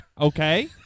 Okay